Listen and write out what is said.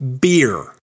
Beer